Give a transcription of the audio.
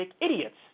idiots